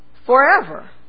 Forever